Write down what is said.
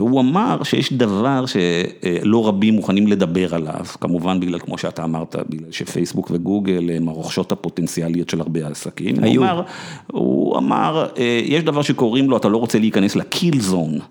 והוא אמר שיש דבר שלא רבים מוכנים לדבר עליו, כמובן בגלל כמו שאתה אמרת שפייסבוק וגוגל הם הרוכשות הפוטנציאליות של הרבה העסקים. היו. הוא אמר, יש דבר שקוראים לו אתה לא רוצה להיכנס לקיל זון.